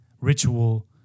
ritual